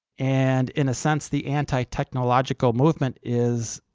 and in a sense the anti-technological movement is,